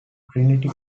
trinity